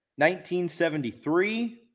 1973